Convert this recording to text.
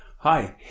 hi!